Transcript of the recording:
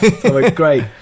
great